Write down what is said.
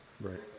right